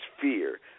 fear